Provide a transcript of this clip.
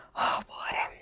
oh boy.